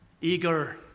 eager